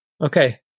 Okay